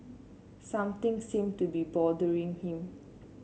something seem to be bothering him